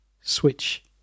Switch